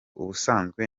ubusanzwe